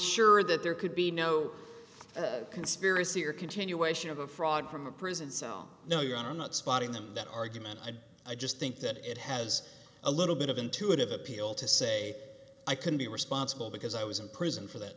sure that there could be no conspiracy or continuation of a fraud from a prison cell no you are not spotting them that argument i just think that it has a little bit of intuitive appeal to say i can be responsible because i was in prison for that